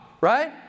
Right